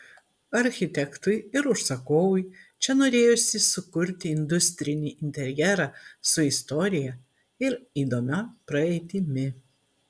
architektui ir užsakovui čia norėjosi sukurti industrinį interjerą su istorija ir įdomia praeitimi